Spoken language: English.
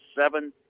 seven